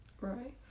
Right